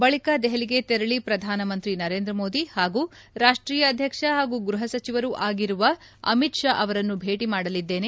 ಬಳಿಕ ದೆಹಲಿಗೆ ತೆರಳಿ ಪ್ರಧಾನ ಮಂತ್ರಿ ನರೇಂದ್ರ ಮೋದಿ ಹಾಗೂ ರಾಷ್ಷೀಯ ಅಧ್ಯಕ್ಷ ಹಾಗೂ ಗ್ಲಹ ಸಚಿವರೂ ಅಗಿರುವ ಅಮಿತ್ ಷಾ ಅವರನ್ನು ಭೇಟಿ ಮಾಡಲಿದ್ದೇನೆ